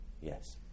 Yes